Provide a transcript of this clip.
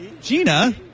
Gina